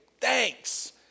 thanks